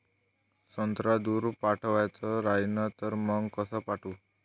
संत्रा दूर पाठवायचा राहिन तर मंग कस पाठवू?